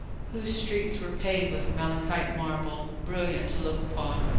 whose streets were paved with malachite marble, brilliant to look upon.